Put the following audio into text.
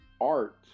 art